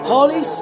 Holy